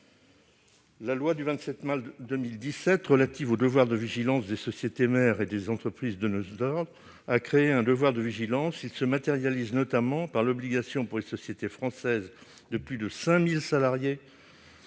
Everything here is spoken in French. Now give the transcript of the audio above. La loi du 27 mars 2017 relative au devoir de vigilance des sociétés mères et des entreprises donneuses d'ordre a créé un devoir de vigilance. Il se matérialise notamment par l'obligation pour les sociétés françaises de plus de 5 000 salariés